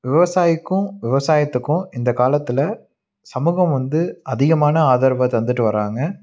விவசாயிக்கும் விவசாயத்துக்கும் இந்த காலத்தில் சமூகம் வந்து அதிகமான ஆதரவை தந்துகிட்டு வராங்க